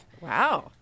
Wow